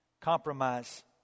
compromise